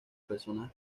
personas